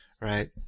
right